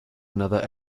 another